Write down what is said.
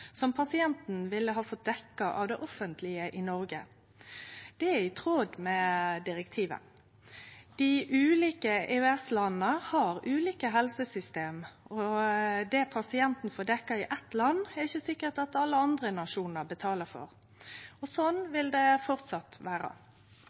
som pasienten ville ha fått dekt av det offentlege i Noreg. Det er i tråd med direktivet. Dei ulike EØS-landa har ulike helsesystem, og det pasientane får dekt i eitt land, er det ikkje sikkert at alle andre nasjonar betalar for.